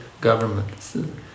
government